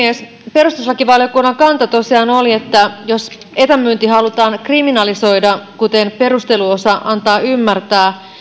perustuslakivaliokunnan kanta tosiaan oli että jos etämyynti halutaan kriminalisoida kuten perusteluosa antaa ymmärtää